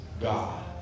God